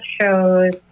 shows